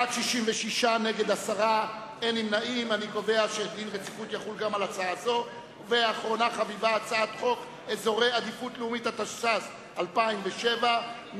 הודעת הממשלה על רצונה להחיל דין רציפות על הצעת חוק הכללת אמצעי זיהוי